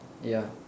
ya